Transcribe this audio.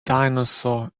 dinosaur